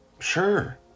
Sure